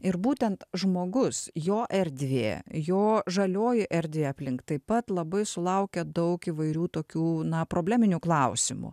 ir būtent žmogus jo erdvė jo žalioji erdvė aplink taip pat labai sulaukia daug įvairių tokių na probleminių klausimų